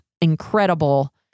incredible